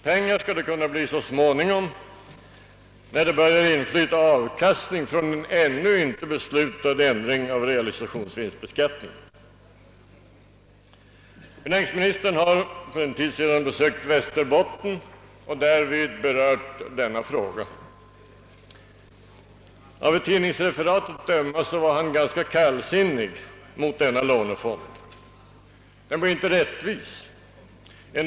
Pengar skall fonden kunna få så småningom när den ännu inte beslutade ändringen av realisationsvinstbeskattningen börjar ge avkastning. Finansministern besökte för en tid sedan Västerbotten. Han berörde då i ett föredrag denna fråga. Av ett tidningsreferat att döma var han ganska kallsinnig mot denna lånefond. Den blir inte rättvis, ansåg han.